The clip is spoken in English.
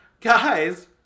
guys